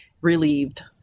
relieved